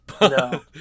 No